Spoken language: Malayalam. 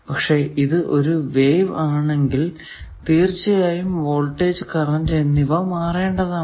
പക്ഷെ ഇത് ഒരു വേവ് ആണെങ്കിൽ തീർച്ചയായും വോൾടേജ് കറന്റ് എന്നിവ മാറേണ്ടതാണ്